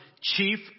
chief